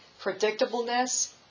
predictableness